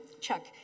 Chuck